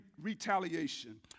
retaliation